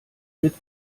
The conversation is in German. mit